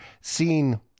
seen